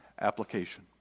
application